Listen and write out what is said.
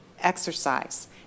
exercise